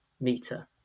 meter